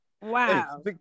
Wow